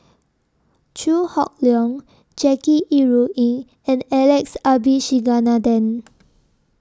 Chew Hock Leong Jackie Yi Ru Ying and Alex Abisheganaden